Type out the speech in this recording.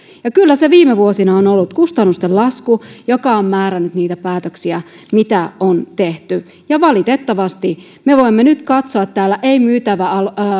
ja kyllä se viime vuosina on ollut kustannusten lasku joka on määrännyt niitä päätöksiä mitä on tehty ja valitettavasti me voimme nyt katsoa täällä ei myytävänä